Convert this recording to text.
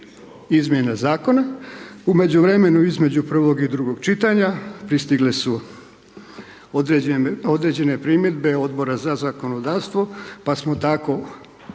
izmjena zakona, u međuvremenu između prvog i drugog čitanja pristigle su određene primjedbe Odbora za zakonodavstvo pa samo tako